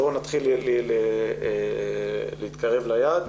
בואו נתחיל להתקרב ליעד.